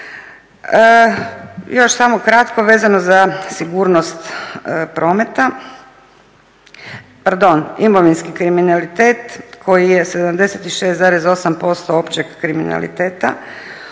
Još samo kratko vezano za imovinski kriminalitet koji je 76,8% općeg kriminaliteta.